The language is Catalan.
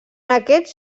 aquests